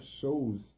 shows